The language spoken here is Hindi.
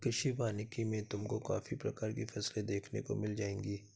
कृषि वानिकी में तुमको काफी प्रकार की फसलें देखने को मिल जाएंगी